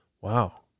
wow